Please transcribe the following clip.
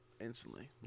instantly